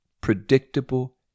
predictable